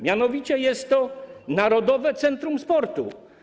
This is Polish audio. Mianowicie jest to Narodowe Centrum Sportu.